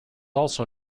also